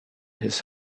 his